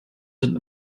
sind